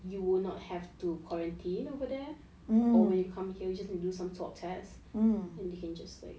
you will not have to quarantine over there or when you come here you just have to do some swab test and you can just like